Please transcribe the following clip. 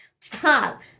Stop